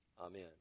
amen